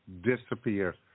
disappear